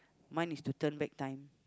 mine is to turn back time